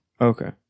Okay